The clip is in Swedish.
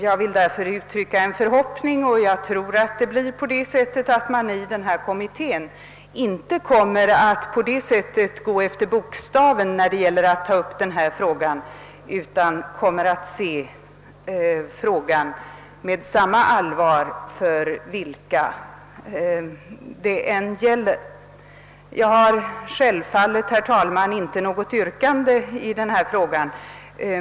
Jag hoppas därför att kommittén inte går efter bokstaven vid behandlingen av denna fråga, utan ser på den med samma allvar vilka grupper det än gäller. Jag har självfallet, herr talman, inte något yrkande.